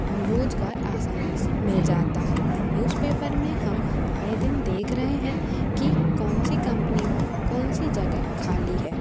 रोज़गार आसानी से मिल जाता है न्यूज़पेपर में हम आए दिन देख रहे हैं कि कौन से कंपनी में कौन सी जगह ख़ाली है